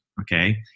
okay